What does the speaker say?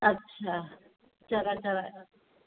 अच्छा चरख जा